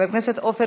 אוסאמה